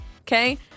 okay